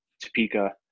Topeka